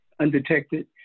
undetected